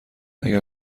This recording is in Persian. اگر